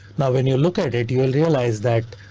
now when you look at it, you'll realize that.